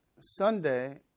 Sunday